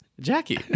Jackie